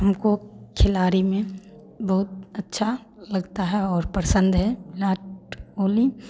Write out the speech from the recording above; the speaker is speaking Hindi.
हमको खिलाड़ी में बहुत अच्छा लगता है और पसंद है विराट कोहली